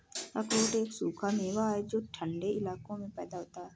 अखरोट एक सूखा मेवा है जो ठन्डे इलाकों में पैदा होता है